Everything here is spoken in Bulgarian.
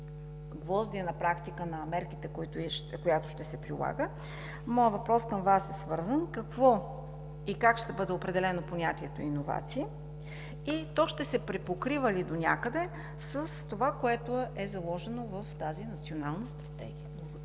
гвоздея, на практика мярката, която ще се прилага, моят въпрос към Вас е свързан с това: какво и как ще бъде определено понятието „иновация“ и то ще се припокрива ли донякъде с това, което е заложено в тази Национална стратегия? Благодаря.